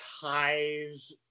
ties